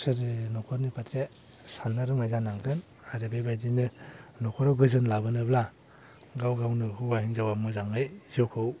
सोरजि नखरनि फारसे साननो रोंनाय जानांगोन आरो बेबायदिनो नखराव गोजोन लाबोनोब्ला गाव गावनो हौवा हिनजावआ मोजाङै जिउखौ